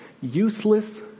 useless